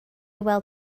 weld